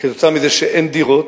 כתוצאה מכך שאין דירות